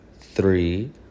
three